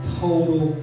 total